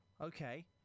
Okay